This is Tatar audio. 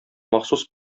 махсус